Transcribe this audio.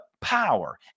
power